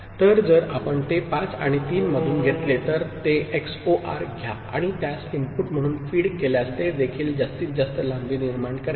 तर जर आपण ते 5 आणि 3 मधून घेतले तर ते XOR घ्या आणि त्यास इनपुट म्हणून फीड केल्यास ते देखील जास्तीत जास्त लांबी निर्माण करेल